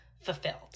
fulfilled